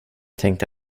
tänkte